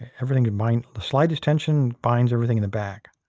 everything can bind. the slightest tension binds everything in the back.